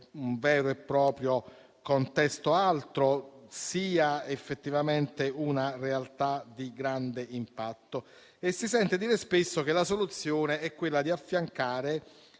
(un vero e proprio contesto altro), siano effettivamente una realtà di grande impatto. Si sente dire spesso che la soluzione è quella di affiancare